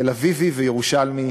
תל-אביבי וירושלמי,